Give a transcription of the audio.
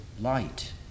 light